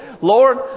Lord